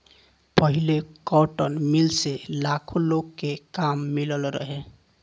पहिले cotton mill से लाखो लोग के काम मिलल रहे